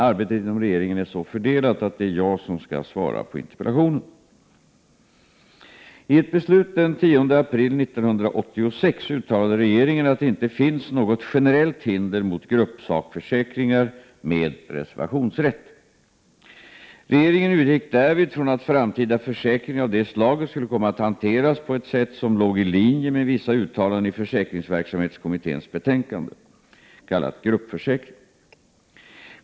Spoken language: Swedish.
Arbetet inom regeringen är så fördelat att det är jag som skall svara på interpellationen. I ett beslut den 10 april 1986 uttalade regeringen att det inte finns något generellt hinder mot gruppsakförsäkringar med reservationsrätt. Regeringen utgick därvid från att framtida försäkringar av det slaget skulle komma att hanteras på ett sätt som låg i linje med vissa uttalanden i försäkringsverksamhetskommitténs betänkande Gruppförsäkring.